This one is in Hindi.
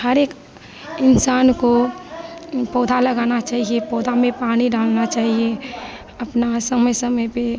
हर एक इंसान को पौधा लगाना चाहिए पौधा में पानी डालना चाहिए अपना समय समय पर